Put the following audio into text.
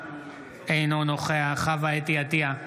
אינו נוכח חוה אתי עטייה,